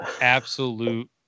absolute